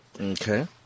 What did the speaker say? Okay